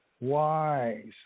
wise